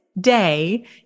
day